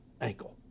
ankle